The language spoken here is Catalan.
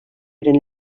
eren